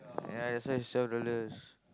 ya that's why it's twelve dollars